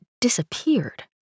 disappeared